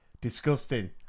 disgusting